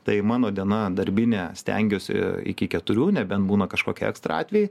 tai mano diena darbinė stengiuosi iki keturių nebent būna kažkokie ekstra atvejai